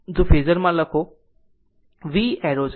તો આ ફેઝર માં લખો v એરો છે